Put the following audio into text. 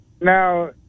now